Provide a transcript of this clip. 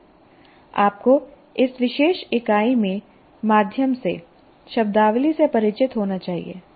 आपको इस विशेष इकाई के माध्यम से शब्दावली से परिचित होना चाहिए